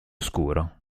scuro